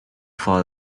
fall